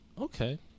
Okay